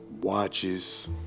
Watches